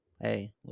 hey